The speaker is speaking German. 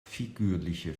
figürliche